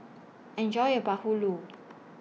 Enjoy your Bahulu